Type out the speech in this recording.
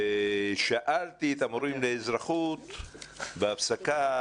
שאלתי את המורים לאזרחות בהפסקה,